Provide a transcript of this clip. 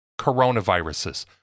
coronaviruses